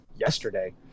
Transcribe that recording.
yesterday